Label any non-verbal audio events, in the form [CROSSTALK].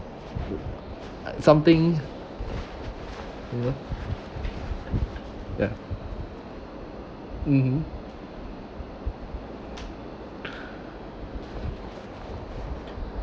[NOISE] something you know ya mmhmm [NOISE]